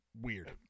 weird